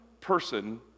person